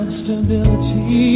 stability